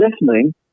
listening